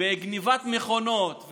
בגנבת מכונות.